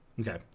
Okay